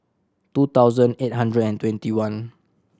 two thousand eight hundred and twenty one